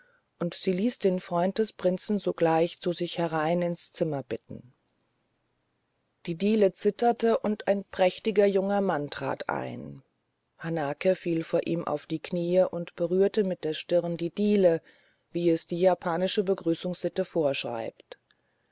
und sie ließ den freund des prinzen sogleich zu sich herein ins zimmer bitten die diele zitterte und ein prächtiger junger mann trat ein hanake fiel vor ihm auf die kniee und berührte mit der stirn die diele wie es die japanische begrüßungssitte vorschreibt